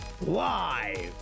live